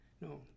No